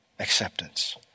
Acceptance